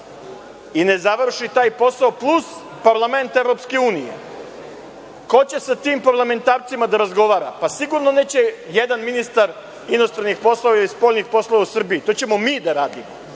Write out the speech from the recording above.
i ne završi taj posao plus parlament EU. Ko će sa tim parlamentarcima da razgovara? Pa, sigurno neće jedan ministar inostranih poslova i spoljnih poslova u Srbiji, to ćemo mi da radimo